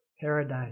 paradise